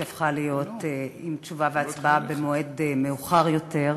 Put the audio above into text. שהפכה להיות עם תשובה והצבעה במועד מאוחר יותר.